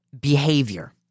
behavior